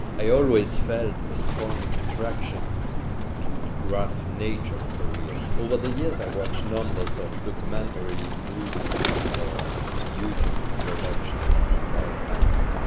i always felt a strong attraction to rough nature areas. over the years i watched numbers of documentary movies or youtube productions about iceland.